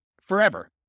forever